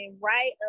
right